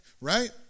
right